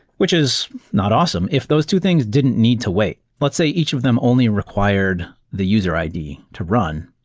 which is not awesome if those two things didn't need to wait. let's say each of them only required the user id to run.